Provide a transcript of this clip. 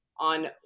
on